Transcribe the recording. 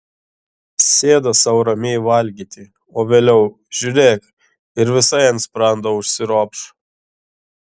sėda sau ramiai valgyti o vėliau žiūrėk ir visai ant sprando užsiropš